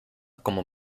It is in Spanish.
como